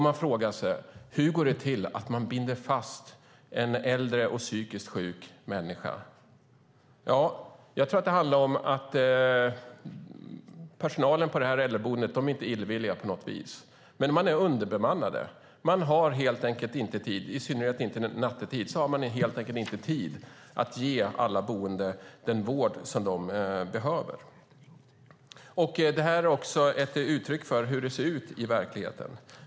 Man frågar sig: Hur kommer det sig att man binder fast en äldre psykiskt sjuk människa? Personalen på äldreboendet är inte på något vis illvillig, men man är underbemannad. Man har inte tid, i synnerhet inte nattetid, att ge alla boende den vård de behöver. Det här är ett uttryck för hur det ser ut i verkligheten.